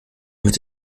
mit